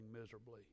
miserably